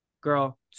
girl